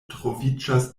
troviĝas